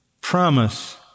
promise